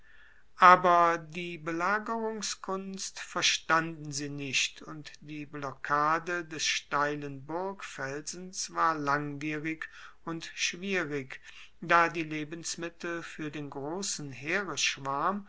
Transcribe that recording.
aber die belagerungskunst verstanden sie nicht und die blockade des steilen burgfelsens war langwierig und schwierig da die lebensmittel fuer den grossen